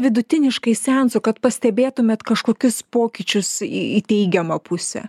vidutiniškai seansų kad pastebėtumėt kažkokius pokyčius į teigiamą pusę